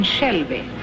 Shelby